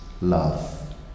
love